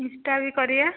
insta ବି କରିବା